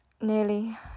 nearly